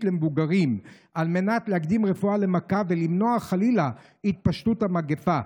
למבוגרים על מנת להקדים רפואה למכה ולמנוע חלילה התפשטות המגפה.